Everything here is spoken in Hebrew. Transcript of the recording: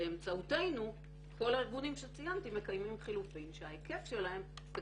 באמצעותנו כל הארגונים שציינתי מקיימים חילופין שההיקף שלהם זה